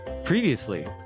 Previously